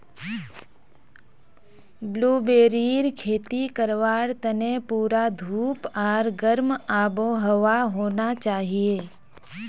ब्लूबेरीर खेती करवार तने पूरा धूप आर गर्म आबोहवा होना चाहिए